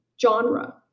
genre